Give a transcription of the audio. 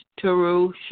Teru